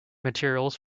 materials